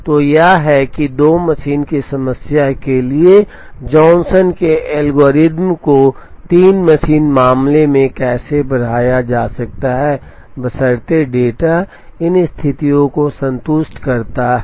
तो यह है कि 2 मशीन की समस्या के लिए जॉनसन के एल्गोरिथ्म को 3 मशीन मामले में कैसे बढ़ाया जा सकता है बशर्ते डेटा इन स्थितियों को संतुष्ट करता है